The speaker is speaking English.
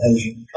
Asian